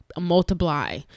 multiply